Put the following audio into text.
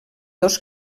dos